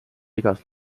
igas